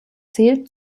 zählt